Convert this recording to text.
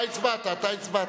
רגע, רגע, אתה הצבעת,